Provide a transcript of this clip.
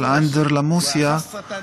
אבל האנדרלמוסיה